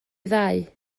ddau